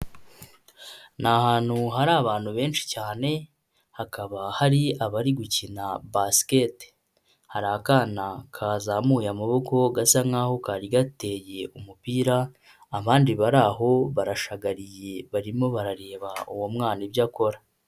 Ni ahantu hari abantu benshi cyane, hakaba hari abari gukina basikete, hari akana kazamuye amaboko gasa nk'aho kari gateye umupira, abandi bari aho barashagariye barimo barareba uwo mwana ibyo akora.